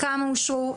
כמה אושרו,